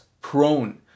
prone